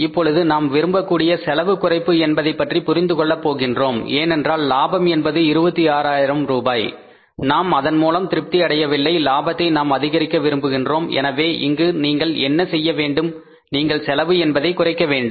இப்பொழுது நாம் விரும்பக்கூடிய செலவு குறைப்பு என்பதைப்பற்றி புரிந்து கொள்ளப் போகின்றோம் ஏனென்றால் லாபம் என்பது 26 ஆயிரம் ரூபாய் நாம் அதன் மூலம் திருப்தி அடையவில்லை லாபத்தை நாம் அதிகரிக்க விரும்புகின்றோம் எனவே இங்கு நீங்கள் என்ன செய்ய வேண்டும் நீங்கள் செலவு என்பதை குறைக்க வேண்டும்